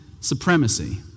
supremacy